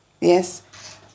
yes